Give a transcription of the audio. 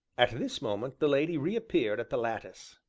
at this moment the lady reappeared at the lattice.